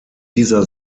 dieser